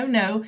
no